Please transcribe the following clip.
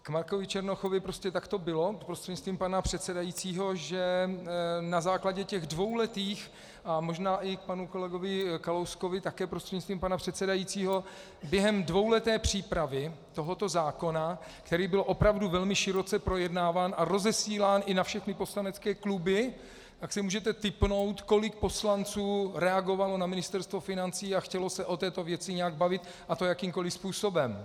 K Markovi Černochovi prostě tak to bylo, prostřednictvím pana předsedajícího, že na základě těch dvouletých, a možná i k panu kolegovi Kalouskovi také prostřednictvím pana předsedajícího, během dvouleté přípravy tohoto zákona, který byl opravdu velmi široce projednáván a rozesílán i na všechny poslanecké kluby, tak si můžete tipnout, kolik poslanců reagovalo na Ministerstvo financí a chtělo se o této věci nějak bavit, a to jakýmkoli způsobem.